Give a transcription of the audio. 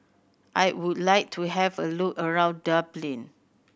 I would like to have a look around Dublin